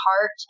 heart